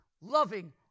loving